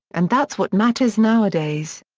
and that's what matters nowadays.